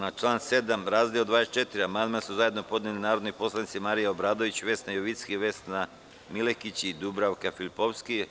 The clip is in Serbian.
Da li neko želi reč? (Ne.) Na član 7. razdeo 24. amandman su zajedno podneli narodni poslanici Marija Obradović, Vesna Jovicki, Vesna Milekić i Dubravka Filipovski.